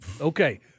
Okay